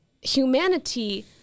humanity